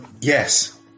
yes